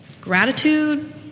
gratitude